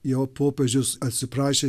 jau popiežius atsiprašė